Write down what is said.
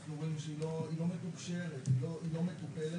אנחנו רואים שהיא לא מתוקשרת, היא לא מטופלת.